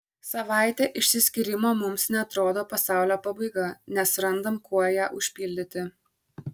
savaitė išsiskyrimo mums neatrodo pasaulio pabaiga nes randam kuo ją užpildyti